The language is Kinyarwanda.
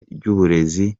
ry’uburezi